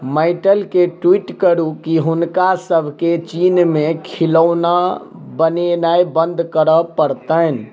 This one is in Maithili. मैटलकेँ ट्वीट करू कि हुनकासभकेँ चीनमे खिलौना बनेनाइ बन्द करऽ पड़तनि